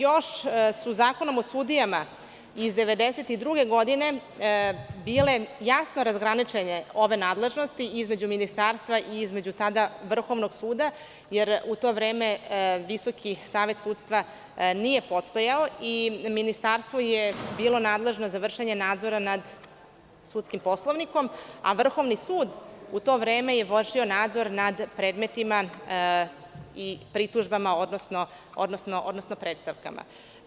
Još su Zakonom o sudijama iz 1992. godine bile jasno razgraničene ove nadležnosti između Ministarstva i između tada vrhovnog suda, jer u to vreme Visoki savet sudstva nije postojao i Ministarstvo je bilo nadležno za vršenje nadzora nad sudskim poslovnikom, a vrhovni sud u to vreme je vršio nadzor nad predmetima i pritužbama, odnosno predstavkama.